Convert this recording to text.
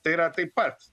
tai yra taip pat